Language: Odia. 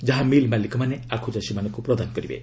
ଯାହା ମିଲ୍ ମାଲିକମାନେ ଆଖୁଚାଷୀମାନଙ୍କୁ ପ୍ରଦାନ କରିବେ